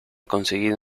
conseguido